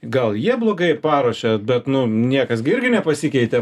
gal jie blogai paruošia bet nu niekas gi irgi nepasikeitė